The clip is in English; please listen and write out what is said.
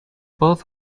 both